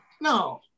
No